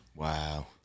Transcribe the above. Wow